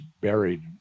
buried